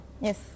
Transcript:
Yes